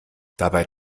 dabei